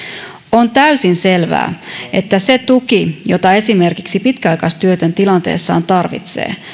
on täysin selvää että se tuki jota esimerkiksi pitkäaikaistyötön tilanteessaan tarvitsee